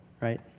Right